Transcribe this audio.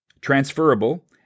transferable